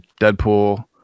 Deadpool